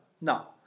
No